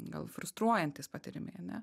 gal frustruojantys patyrimai ane